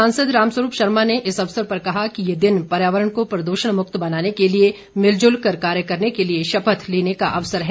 सांसद रामस्वरूप शर्मा ने इस अवसर पर कहा कि ये दिन पर्यावरण को प्रदूषण मुक्त बनाने के लिए मिलजुल कर कार्य करने के लिए शपथ लेने का अवसर है